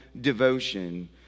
devotion